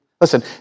Listen